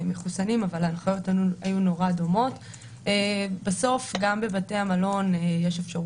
ההנחה של החוק הייתה שהנושא של כניסה לישראל